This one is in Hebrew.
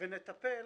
ונטפל